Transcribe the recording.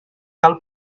cal